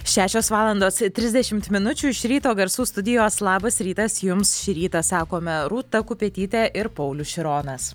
šešios valandos trisdešimt minučių iš ryto garsų studijos labas rytas jums šį rytą sakome rūta kupetytė ir paulius šironas